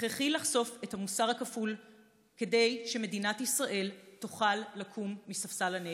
הכרחי לחשוף את המוסר הכפול כדי שמדינת ישראל תוכל לקום מספסל הנאשמים.